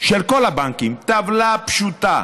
של כל הבנקים, טבלה פשוטה: